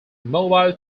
mobile